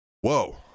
Whoa